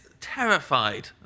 terrified